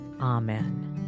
Amen